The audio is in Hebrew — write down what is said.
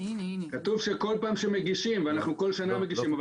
כתוב שכל פעם כשמגישים ואנחנו כל שנה מגישים.